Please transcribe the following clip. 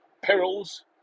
Perils